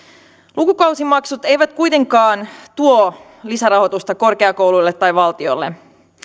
lukukausimaksut eivät kuitenkaan tuo lisärahoitusta korkeakouluille tai valtiolle